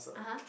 (uh huh)